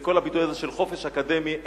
כל הביטוי הזה של חופש אקדמי,